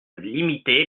limiter